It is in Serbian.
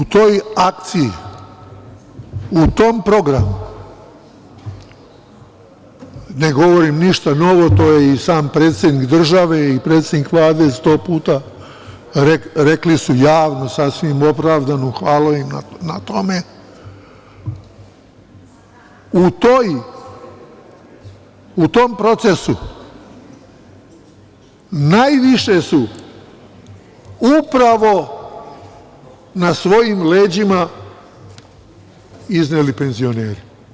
U toj akciji, u tom programu, ne govorim ništa novo, to su i sam predsednik države i predsednik Vlade 100 puta rekli javno, sasvim opravdano, hvala im na tome, u tom procesu najviše su upravo na svojim leđima izneli penzioneri.